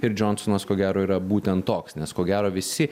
ir džonsonas ko gero yra būtent toks nes ko gero visi